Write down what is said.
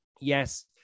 Yes